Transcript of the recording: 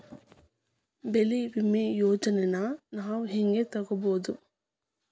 ಬೆಳಿ ವಿಮೆ ಯೋಜನೆನ ನಾವ್ ಹೆಂಗ್ ತೊಗೊಬೋದ್?